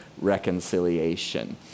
reconciliation